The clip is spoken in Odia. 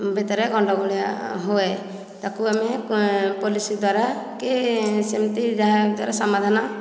ଭିତରେ ଗଣ୍ଡଗୋଳ ହୁଏ ତାକୁ ଆମେ ପୋଲିସ ଦ୍ୱାରା କି ସେମିତି କାହା ଦ୍ୱାରା ସମାଧାନ